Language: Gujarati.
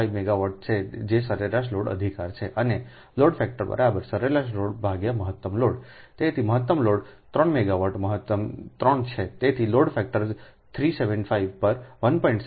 575 મેગાવાટ છે જે સરેરાશ લોડ અધિકાર છે અને લોડ ફેક્ટર સરેરાશલોડમહત્તમ લોડ તેથી મહત્તમ લોડ 3 મેગાવોટ મહત્તમ 3 છે તેથી લોડ ફેક્ટર 375 પર 1